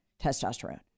testosterone